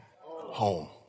home